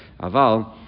Aval